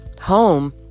home